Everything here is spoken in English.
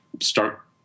start